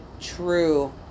true